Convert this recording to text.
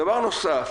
דבר נוסף,